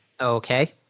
Okay